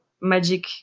magic